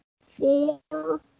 four